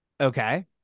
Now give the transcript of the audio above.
okay